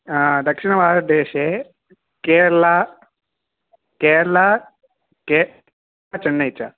दक्षिणभारतदेशे केरला केरला के चन्नै च